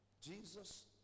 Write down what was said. Jesus